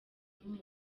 bituma